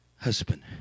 husband